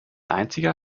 einziger